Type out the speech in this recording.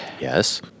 Yes